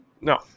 No